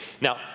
Now